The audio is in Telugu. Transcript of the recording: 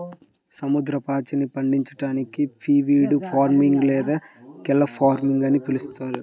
సముద్రపు పాచిని పండించడాన్ని సీవీడ్ ఫార్మింగ్ లేదా కెల్ప్ ఫార్మింగ్ అని పిలుస్తారు